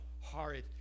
horrid